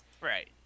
Right